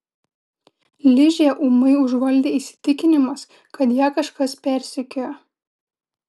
ližę ūmai užvaldė įsitikinimas kad ją kažkas persekioja